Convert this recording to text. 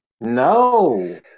No